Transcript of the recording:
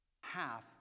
Half